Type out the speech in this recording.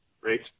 Great